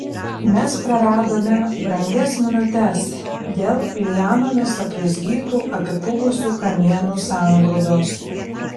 mes praradome brangias minutes dėl lianomis apraizgytų apipuvusių kamienų sangrūdos